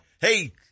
Hey